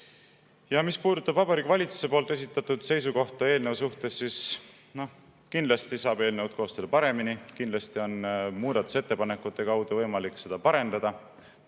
Mis puudutab Vabariigi Valitsuse esitatud seisukohta eelnõu suhtes, siis kindlasti saab eelnõu koostada paremini, kindlasti on muudatusettepanekute kaudu võimalik seda parendada,